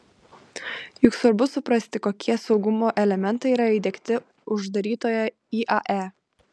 juk svarbu suprasti kokie saugumo elementai yra įdiegti uždarytoje iae